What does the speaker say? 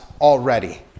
already